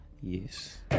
Yes